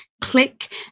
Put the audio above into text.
click